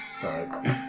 Sorry